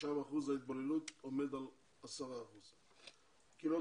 ששם אחוז ההתבוללות עומד על 10%. הקהילות